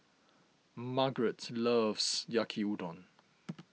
Margrett loves Yaki Udon